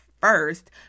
first